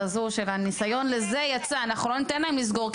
ניסינו לא להגיע אליה,